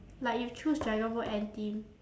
like you choose dragon boat N team